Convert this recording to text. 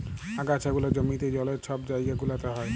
আগাছা গুলা জমিতে, জলে, ছব জাইগা গুলাতে হ্যয়